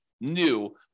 new